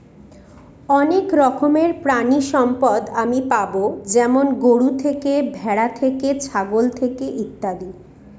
অনেক রকমের প্রানীসম্পদ আমি পাবো যেমন গরু থেকে, ভ্যাড়া থেকে, ছাগল থেকে ইত্যাদি